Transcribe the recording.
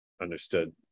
Understood